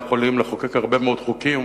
אנחנו יכולים לחוקק הרבה מאוד חוקים,